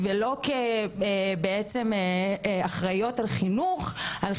ולא כבעצם אחראיות על חינוך באופן כללי או על